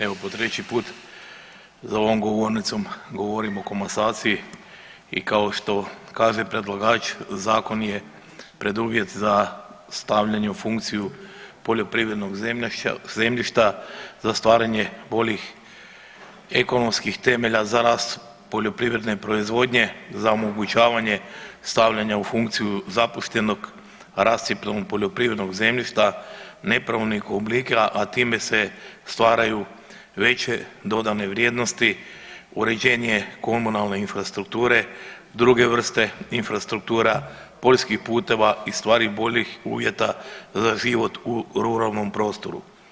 Evo po treći put za ovom govornicom govorim o komasaciji i kao što kaže predlagač zakon je preduvjet za stavljanje u funkciju poljoprivrednog zemljišta za stvaranje boljih ekonomskih temelja za rast poljoprivredne proizvodnje za omogućavanje stavljanja u funkciju zapuštenog rascjepkanog poljoprivrednog zemljišta nepravilnih oblika, a time se stvaraju veće dodane vrijednosti, uređenje komunalne infrastrukture, druge vrste infrastruktura, poljskih puteva i u stvari boljih uvjeta za život u ruralnom prostoru.